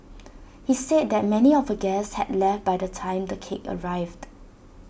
she said that many of her guests had left by the time the cake arrived